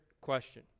question